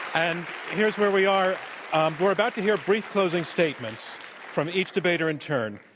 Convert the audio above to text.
and here's where we are we're about to hear a brief closing statement from each debater in turn,